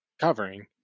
covering